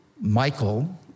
Michael